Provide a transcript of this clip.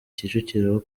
kicukiro